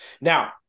Now